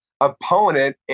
opponent